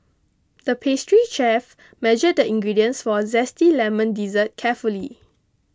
the pastry chef measured the ingredients for a Zesty Lemon Dessert carefully